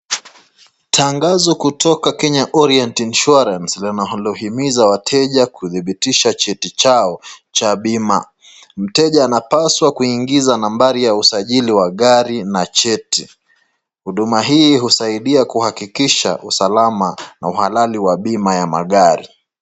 Tangazo kutoka Kenya Orient Insurance linalowahimiza wateja kudhibitisha cheti chao cha bima. Mteja anapaswa kuingiza nambari ya usajili ya gari na cheti. Huduma hii husaidia kuhakikisha usalama na uhalali wa bima ya magari.